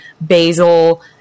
basil